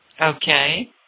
Okay